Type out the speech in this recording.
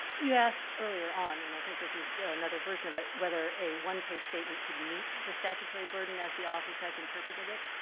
you asked earlier on, and i think this is another version of it, whether a one-page statement could meet the statutory burden as the office has interpreted it.